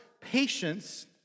patience